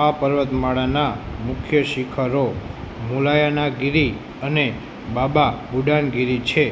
આ પર્વતમાળાનાં મુખ્ય શિખરો મુલાયાનાગિરી અને બાબા બુડાનગિરી છે